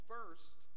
First